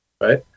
right